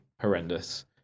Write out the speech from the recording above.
horrendous